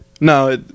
no